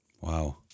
wow